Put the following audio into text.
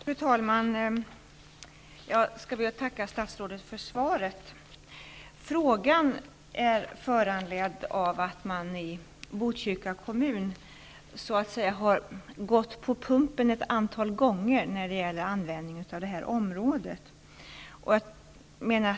Fru talman! Jag skall be att få tacka statsrådet för svaret. Frågan är föranledd av att man i Botkyrka kommun så att säga har gått på pumpen ett antal gånger när det gäller användningen av det här området.